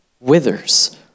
withers